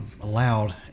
allowed